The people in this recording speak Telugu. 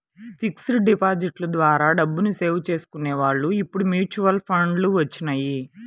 ఫిక్స్డ్ డిపాజిట్ల ద్వారా డబ్బుని సేవ్ చేసుకునే వాళ్ళు ఇప్పుడు మ్యూచువల్ ఫండ్లు వచ్చినియ్యి